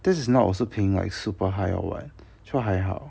this is not also paying like super high or what so 还好